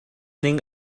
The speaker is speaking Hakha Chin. ning